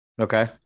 Okay